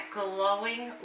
glowing